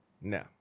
No